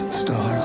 star